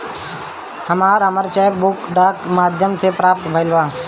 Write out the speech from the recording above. हमरा हमर cheque book डाक के माध्यम से प्राप्त भईल बा